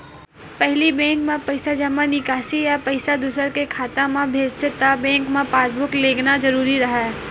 पहिली बेंक म पइसा जमा, निकासी या पइसा दूसर के खाता म भेजथे त बेंक म पासबूक लेगना जरूरी राहय